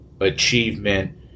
achievement